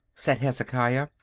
said hezekiah,